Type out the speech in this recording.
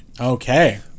Okay